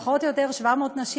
פחות או יותר 700 נשים,